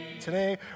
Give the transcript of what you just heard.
Today